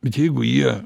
bet jeigu jie